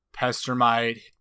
Pestermite